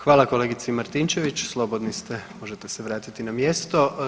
Hvala kolegici Martinčević, slobodni ste, možete se vratiti na mjesto.